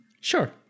Sure